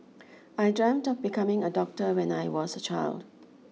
I dreamt of becoming a doctor when I was a child